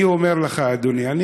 אני אומר לך אדוני: אני,